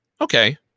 Okay